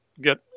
get